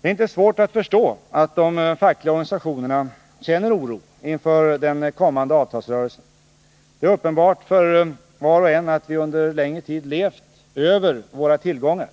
Det är inte svårt att förstå att de fackliga organisationerna känner oro inför den kommande avtalsrörelsen. Det är uppenbart för var och en att vi under en längre tid levt över våra tillgångar.